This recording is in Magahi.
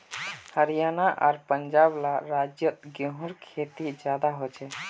हरयाणा आर पंजाब ला राज्योत गेहूँर खेती ज्यादा होछे